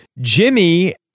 Jimmy